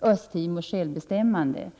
Östtimors rätt till självbestämmande?